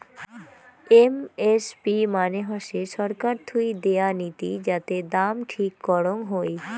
MSP মানে হসে ছরকার থুই দেয়া নীতি যাতে দাম ঠিক করং হই